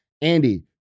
Andy